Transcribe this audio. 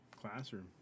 classroom